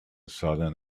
sudden